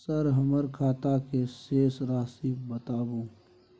Sir हमर खाता के शेस राशि बताउ?